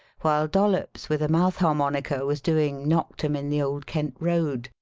while dollops, with a mouth harmonica, was doing knocked em in the old kent road,